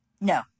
No